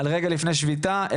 על רגע לפני שביתה,